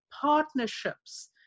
partnerships